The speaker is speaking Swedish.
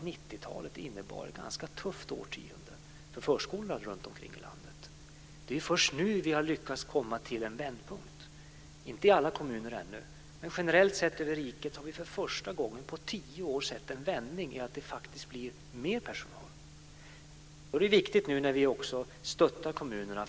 90-talet var ett ganska tufft årtionde för förskolorna runtom i landet. Det är först nu som vi har lyckats att komma till en vändpunkt - inte i alla kommuner ännu, men generellt sett i riket har vi för första gången på tio år sett en vändning som innebär att det blir mer personal.